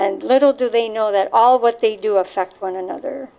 and little do they know that all of what they do affects one another